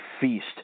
feast